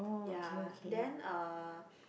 ya then uh